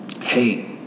hey